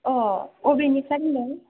अ अबेनिफ्राय बुंदों